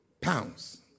pounds